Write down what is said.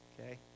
Okay